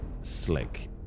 Slick